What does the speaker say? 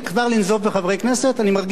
אני מרגיש לא נוח.